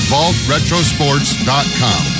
VaultRetroSports.com